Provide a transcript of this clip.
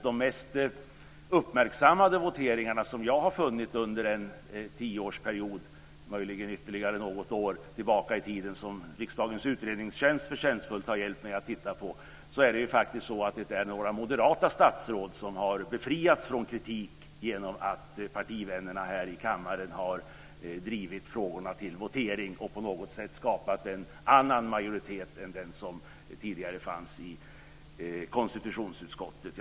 De mest uppmärksammade voteringarna som jag har funnit under en tioårsperiod - möjligen ytterligare något år tillbaka i tiden - är de där några moderata statsråd har befriats från kritik genom att partivännerna har drivit frågorna till votering och på något sätt skapat en annan majoritet än den som tidigare fanns i konstitutionsutskottet. Riksdagens utredningstjänst har förtjänstfullt hjälpt mig att titta på detta.